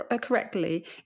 correctly